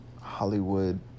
Hollywood